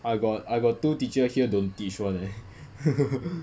I got I got two teacher here don't teach [one] leh